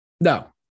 No